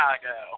Chicago